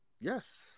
yes